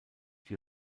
die